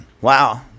Wow